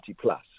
plus